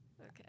okay